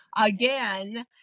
again